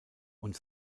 und